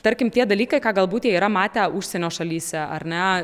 tarkim tie dalykai ką galbūt jie yra matę užsienio šalyse ar ne